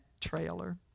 trailer